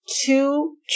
two